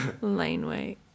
Laneway